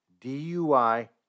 DUI